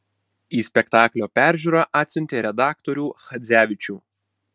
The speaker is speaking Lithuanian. į spektaklio peržiūrą atsiuntė redaktorių chadzevičių